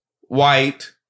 white